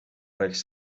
richt